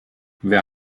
wer